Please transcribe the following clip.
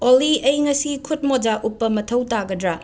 ꯑꯣꯜꯂꯤ ꯑꯩ ꯉꯁꯤ ꯈꯨꯠ ꯃꯣꯖꯥ ꯎꯞꯄ ꯃꯊꯧ ꯇꯥꯒꯗ꯭ꯔꯥ